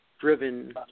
driven